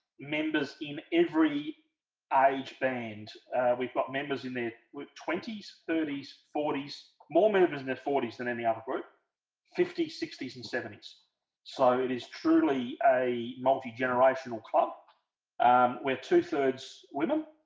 members in every age band we've got members in there with twenty s thirty s forty s more members in their forty s than any other group fifty sixty s and seventy s so it is truly a multi-generational club where two-thirds women